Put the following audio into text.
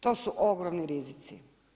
To su ogromni rizici.